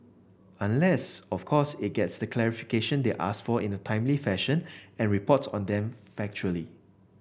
unless of course it gets the clarification they ask for in a timely fashion and reports on them factually